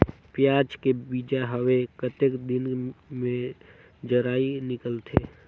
पियाज के बीजा हवे कतेक दिन मे जराई निकलथे?